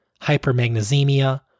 hypermagnesemia